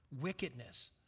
wickedness